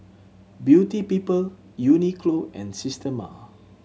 Beauty People Uniqlo and Systema